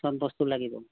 সব বস্তু লাগিব